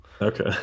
Okay